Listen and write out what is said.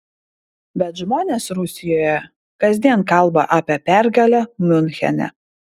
bet žmonės rusijoje kasdien kalba apie pergalę miunchene